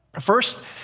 First